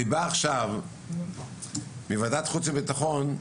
אני בא עכשיו מוועדת חוץ וביטחון,